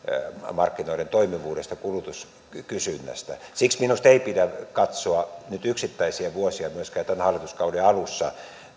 markkinoiden toimivuudesta kulutuskysynnästä siksi minusta ei pidä katsoa nyt yksittäisiä vuosia myöskään tämän hallituskauden alussa